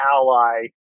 ally